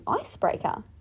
icebreaker